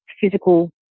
physical